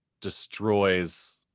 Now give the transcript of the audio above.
destroys